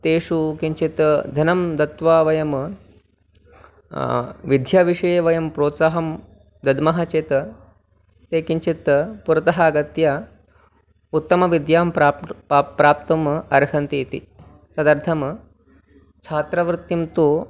तेषु किञ्चित् धनं दत्वा वयं विद्याविषये वयं प्रोत्साहं दद्मः चेत् ते किञ्चित् पुरतः आगत्य उत्तमविद्यां प्राप्तुं प्राप प्राप्तुम् अर्हन्ति इति तदर्थं छात्रवृत्तिः तु